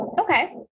Okay